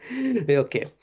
Okay